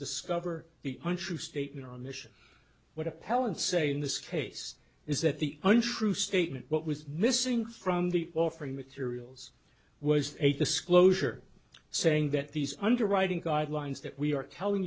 discover the untrue statement or mission what appellant say in this case is that the untrue statement what was missing from the offering materials was a disclosure saying that these underwriting guidelines that we are calling